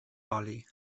oli